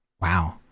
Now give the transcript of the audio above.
Wow